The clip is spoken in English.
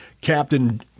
Captain